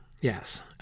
yes